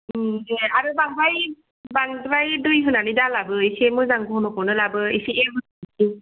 ओम दे आरो बांद्राय बांद्राय दै होनानै दा लाबो इसे मोजां घनखौनो लाबो इसे